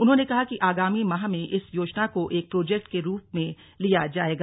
उन्होंने कहा कि आगामी माह में इस योजना को एक प्रोजक्ट के रूप लिया जायेगा